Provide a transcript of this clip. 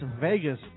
Vegas